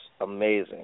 amazing